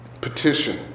Petition